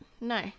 no